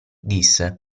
disse